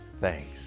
thanks